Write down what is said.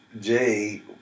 Jay